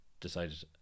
decided